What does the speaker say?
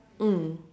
mm